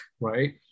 right